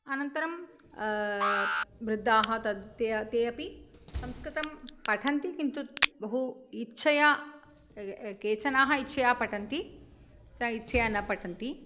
अनन्तरं वृद्धाः तत् ते ते अपि संस्कृतं पठन्ति किन्तु बहु इच्छया केचनाः इच्छया पठन्ति च इच्छया न पठन्ति